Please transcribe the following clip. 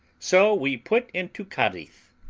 so we put into cadiz,